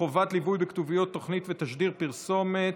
חובת ליווי בכתוביות תוכנית ותשדיר פרסומת),